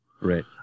Right